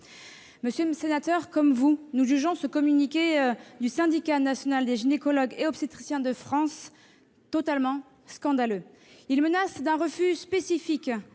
de loi Santé. Comme vous, nous jugeons ce communiqué du syndicat national des gynécologues et obstétriciens de France totalement scandaleux. Il agite comme menace le refus spécifique